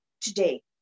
today